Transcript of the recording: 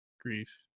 grief